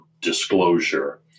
disclosure